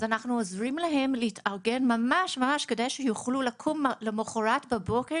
אז אנחנו עוזרים להם להתארגן כדי שיוכלו לקום למחרת בבוקר